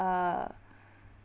uh